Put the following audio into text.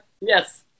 Yes